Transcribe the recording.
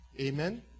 Amen